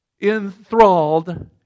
enthralled